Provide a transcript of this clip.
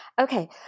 Okay